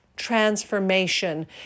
transformation